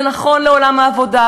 זה נכון לעולם העבודה,